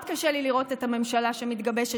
קשה לי לראות את הממשלה שמתגבשת,